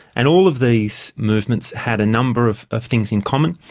and all of these movements had a number of of things in common,